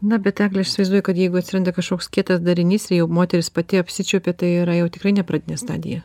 na bet egle aš įsivaizduoju kad jeigu atsiranda kažkoks kietas darinys ir jau moteris pati apsičiuopia tai yra jau tikrai ne pradinė stadija